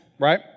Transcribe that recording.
right